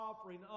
offering